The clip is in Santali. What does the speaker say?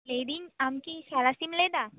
ᱞᱟᱹᱭᱫᱤᱧ ᱟᱢᱠᱤ ᱥᱟᱲᱟᱥᱤᱢ ᱞᱟᱹᱭᱮᱫᱟ